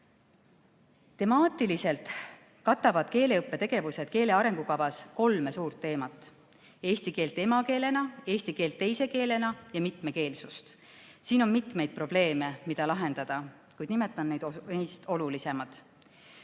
Temaatiliselt katavad keeleõppe tegevused keele arengukavas kolme suurt teemat: eesti keelt emakeelena, eesti keelt teise keelena ja mitmekeelsust. Siin on mitmeid probleeme, mida lahendada, kuid nimetan olulisemad.